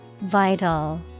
Vital